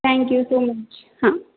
thank you so much हां